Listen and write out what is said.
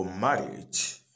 marriage